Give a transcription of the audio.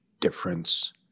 difference